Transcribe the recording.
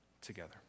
together